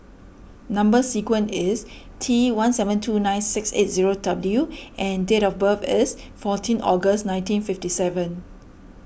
Number Sequence is T one seven two nine six eight zero W and date of birth is fourteen August nineteen fifty seven